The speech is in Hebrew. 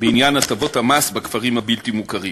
בעניין הטבות המס בכפרים הבלתי-מוכרים.